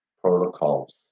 protocols